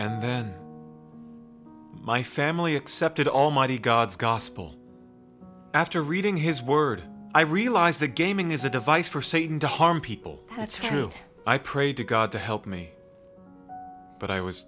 and then my family accepted almighty god's gospel after reading his word i realized the gaming is a device for satan to harm people that's true i prayed to god to help me but i was